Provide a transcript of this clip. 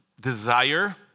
desire